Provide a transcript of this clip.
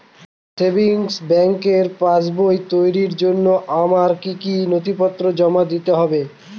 Savings ব্যাংকের পাসবই তৈরির জন্য আমার কি কি নথিপত্র জমা দিতে হবে?